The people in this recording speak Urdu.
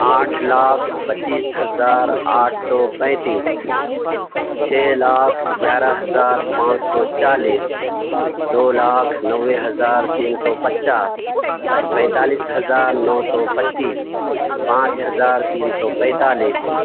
آٹھ لاکھ پچیس ہزار آٹھ سو پینتیس چھ لاکھ گیارہ ہزار پانچ سو چالیس دو لاکھ نوے ہزار تین سو پچاس پینتالیس ہزار نو سو پچیس پانچ ہزار تین سو پینتالیس